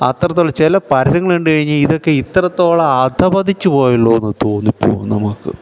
അത്രത്തോളം ചില പരസ്യങ്ങളുണ്ട് കഴിഞ്ഞാൽ ഇതൊക്കെ ഇത്രത്തോളം അധപധിച്ചു പോയല്ലോ എന്ന് തോന്നിപ്പോവും നമുക്ക്